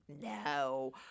no